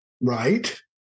Right